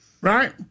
right